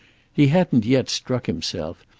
he hadn't yet struck himself,